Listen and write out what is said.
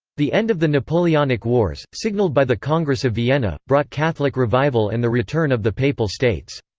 the end of the napoleonic wars, signaled by the congress of vienna, brought catholic revival and the return of the papal states.